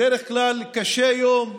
בדרך כלל הם קשי יום,